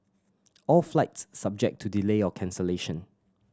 all flights subject to delay or cancellation